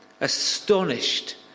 astonished